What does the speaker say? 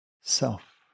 self